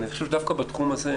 אני חושב שדווקא בתחום הזה,